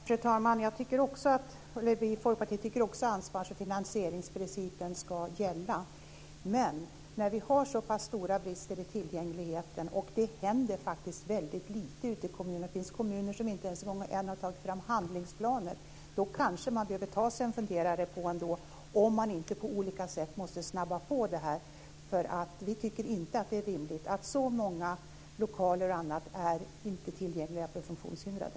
Fru talman! Vi i Folkpartiet tycker också att ansvars och finansieringsprincipen ska gälla. Men det är så pass stora brister i tillgängligheten, och det händer faktiskt väldigt lite ute i kommunerna. Det finns kommuner som inte ens en gång har tagit fram handlingsplaner ännu. Då kanske man ändå behöver ta sig en funderare på om man inte på olika sätt måste snabba upp det här. Vi tycker inte att det är rimligt att så många lokaler och andra platser inte är tillgängliga för funktionshindrade.